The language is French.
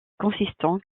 consistent